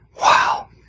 wow